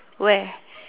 where